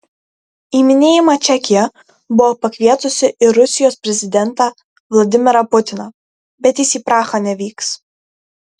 į minėjimą čekija buvo pakvietusi ir rusijos prezidentą vladimirą putiną bet jis į prahą nevyks